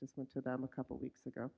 just went to them a couple weeks ago